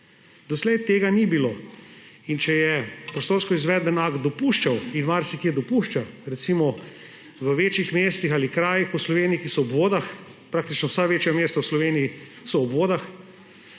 Doslej tega ni bilo. In če je prostorski izvedbeni akt dopuščal – in marsikje dopušča, recimo v večjih mestih ali krajih po Sloveniji, ki so ob vodah; praktično vsa večja mesta v Sloveniji so ob vodah